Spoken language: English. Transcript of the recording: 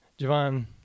javon